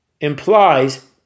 implies